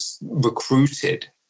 Recruited